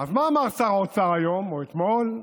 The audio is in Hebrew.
אז מה אמר שר האוצר היום או אתמול?